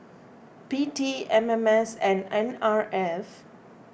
P T M M S and N R F